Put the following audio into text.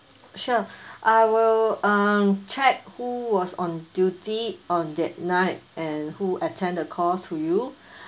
sure I will um check who was on duty on that night and who attend the call to you